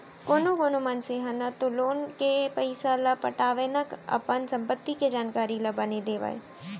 कानो कोनो मनसे ह न तो लोन के पइसा ल पटावय न अपन संपत्ति के जानकारी ल बने देवय